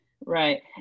right